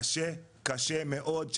קשה קשה מאוד,